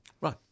Right